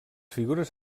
figures